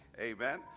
amen